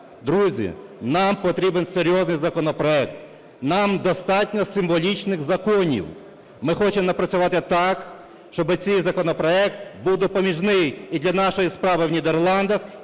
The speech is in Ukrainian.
Друзі, нам потрібен серйозний законопроект. Нам достатньо символічних законів. Ми хочемо напрацювати так, щоби цей законопроект був допоміжний і для нашої справи в Нідерландах,